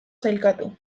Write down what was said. sailkatu